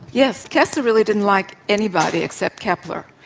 yes. koestler really didn't like anybody except kepler.